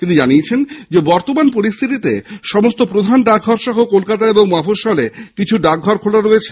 তিনি জানান বর্তমান পরিস্থিতিতে সমস্ত প্রধান ডাকঘর সহ কলকাতা ও মফঃস্বলে কিছু ডাকঘর খোলা রয়েছে